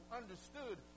understood